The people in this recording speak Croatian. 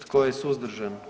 Tko je suzdržan?